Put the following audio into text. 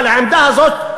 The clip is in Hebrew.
אבל העמדה הזאת,